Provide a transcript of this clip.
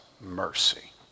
mercy